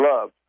love